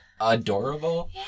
adorable